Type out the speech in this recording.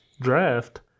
draft